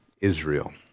Israel